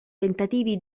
tentativi